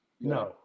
No